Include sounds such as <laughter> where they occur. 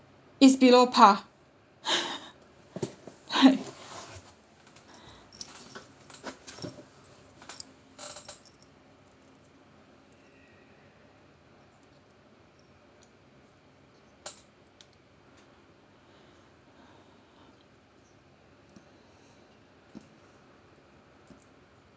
it's below par <laughs> <breath>